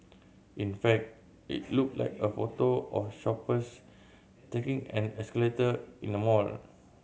in fact it looked like a photo of shoppers taking an escalator in a mall